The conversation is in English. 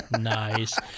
nice